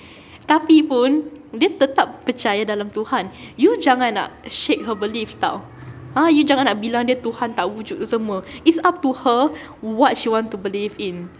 tapi pun dia tetap percaya dalam tuhan you jangan nak shake her beliefs [tau] !huh! you jangan nak bilang dia tuhan tak wujud tu semua it's up to her what she want to believe in